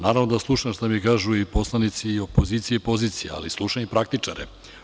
Naravno da slušam šta mi kažu i poslanici opozicije i pozicije, ali slušam i praktičare.